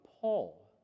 Paul